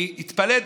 אני התפלאתי.